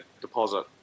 deposit